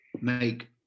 make